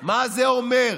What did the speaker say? מה זה אומר?